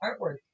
artwork